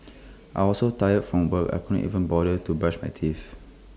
I was so tired from work I couldn't even bother to brush my teeth